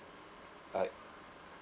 I